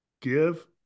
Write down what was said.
give